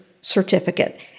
certificate